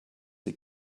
die